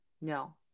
No